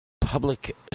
public